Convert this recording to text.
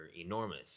enormous